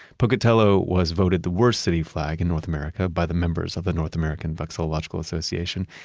pocatello was voted the worst city flag in north america by the members of the north american vexillological association,